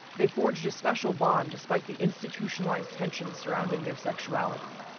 they forged a special bond despite the institutionalized tension surrounding their sexuality.